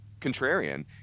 contrarian